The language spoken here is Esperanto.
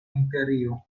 imperio